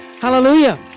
Hallelujah